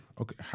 Okay